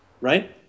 Right